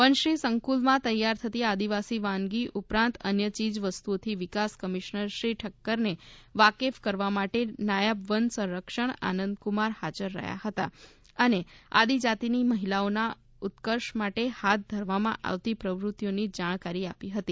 વનશ્રી સંકૂલમાં તૈયાર થતી આદિવાસી વાનગી ઉપરાંત અન્ય ચીજ વસ્તુઓથી વિકાસ કમિશ્નર શ્રી ઠક્કરને વાકેફ કવામાટે નાયબ વન સંરક્ષક આનંદકુમાર હાજર રહ્યા હતા અને આદિજાતી મહિલાઓના ઉત્કર્ષ માટે હાથ ધરવામાં આવતી પ્રવૃતિઓની જાણકારી આપી હતી